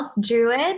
druid